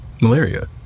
malaria